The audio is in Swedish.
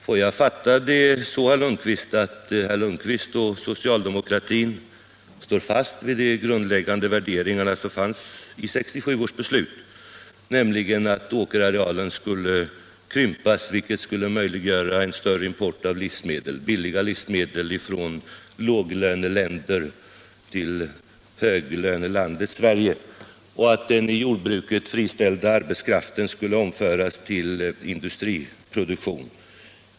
Får jag fatta detta så, att herr Lundkvist = och socialdemokratin står fast vid de grundläggande värderingarna i 1967 — Om nya direktiv till års beslut, nämligen att åkerarealen skulle krympas, vilket skulle möj — 1972 års jordbruksliggöra en större import av billiga livsmedel från låglöneländer till hög — utredning lönelandet Sverige och att den i jordbruket friställda arbetskraften skulle överföras till industrin?